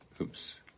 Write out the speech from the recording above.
Oops